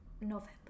November